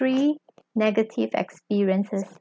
three negative experiences